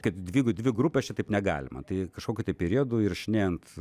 kad dvi dvi grupės čia taip negalima tai kažkokiu tai periodu įrašinėjant